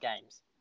games